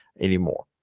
anymore